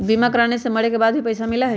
बीमा कराने से मरे के बाद भी पईसा मिलहई?